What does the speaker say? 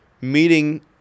meeting